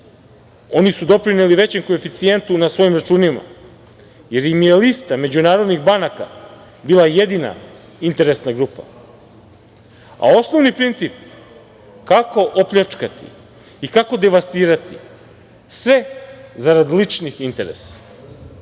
oni su doprineli većem koeficijentu na svojim računima, jer im je lista međunarodnih banaka bila jedina interesna grupa, a osnovni princip kako opljačkati i kako devastirati sve zarad ličnih interesa. Najbolji